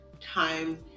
time